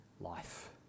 life